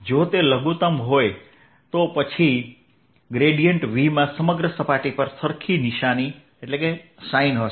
જો તે લઘુત્તમ હોય તો પછી Vમાં સમગ્ર સપાટી પર સરખી નિશાની હશે